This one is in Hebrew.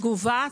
קיבלת תגובה?